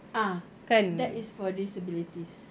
ah that is for disabilities